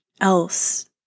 else